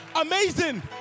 amazing